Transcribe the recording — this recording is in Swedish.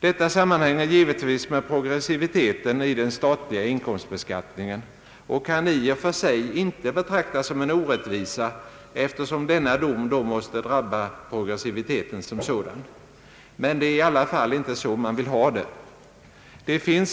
Detta sammanhänger givetvis med progressiviteten i den statliga inkomstbe skattningen och kan i och för sig inte betraktas som en orättvisa, eftersom denna dom då måste drabba progressiviteten som sådan. Men det är i alla fall inte så man vill ha det.